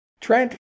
Trent